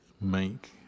make